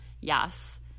Yes